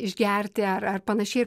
išgerti ar ar panašiai